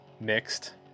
mixed